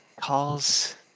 calls